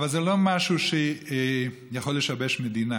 זה לא משהו שיכול לשבש מדינה,